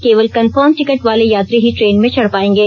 केवल confirm ticket वाले यात्री ही ट्रेन में चढ़ पाएंगे